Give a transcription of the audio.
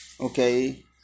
Okay